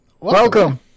Welcome